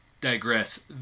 digress